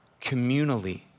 communally